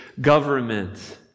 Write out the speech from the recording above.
government